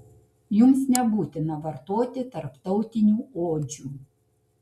jums nebūtina vartoti tarptautinių odžių